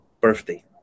birthday